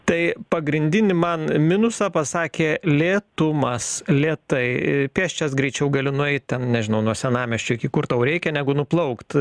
tai pagrindinį man minusą pasakė lėtumas lėtai pėsčias greičiau gali nueiti ten nežinau nuo senamiesčio iki kur tau reikia negu nuplaukt